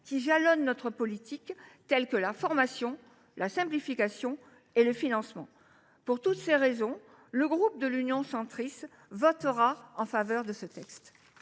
qui jalonnent notre politique, tels que la formation, la simplification et le financement. Pour toutes ces raisons, le groupe Union Centriste votera en faveur de ce texte.